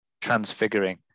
Transfiguring